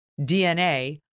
DNA